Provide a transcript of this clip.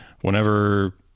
whenever